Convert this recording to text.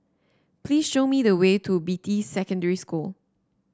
please show me the way to Beatty Secondary School